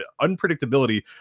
unpredictability